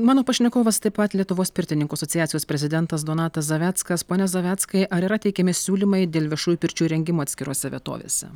mano pašnekovas taip pat lietuvos pirtininkų asociacijos prezidentas donatas zaveckas pone zaveckai ar yra teikiami siūlymai dėl viešųjų pirčių įrengimo atskirose vietovėse